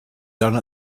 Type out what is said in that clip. done